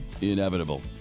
inevitable